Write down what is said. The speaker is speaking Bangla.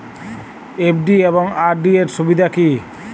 এফ.ডি এবং আর.ডি এর সুবিধা কী?